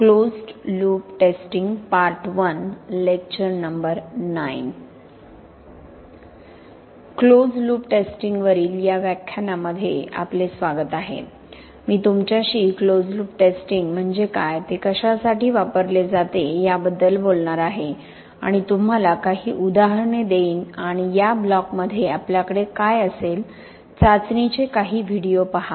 close loop टेस्टिंगवरील या व्याख्यानामध्ये स्वागत आहे मी तुमच्याशी क्लोज लूप टेस्टिंग म्हणजे काय ते कशासाठी वापरले जाते याबद्दल बोलणार आहे आणि तुम्हाला काही उदाहरणे देईन आणि या ब्लॉकमध्ये आपल्याकडे काय असेल चाचणीचे काही व्हिडिओ पहा